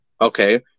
Okay